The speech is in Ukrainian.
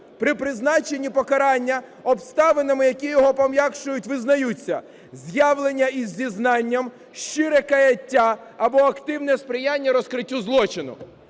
при призначенні покарання обставинами, які його пом'якшують, визнаються: з'явлення із зізнанням, щире каяття або активне сприяння розкриттю злочину.